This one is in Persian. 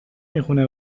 میخونه